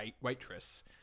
waitress